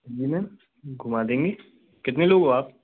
जी ma'am घुमा देंगे कितने लोग हो आप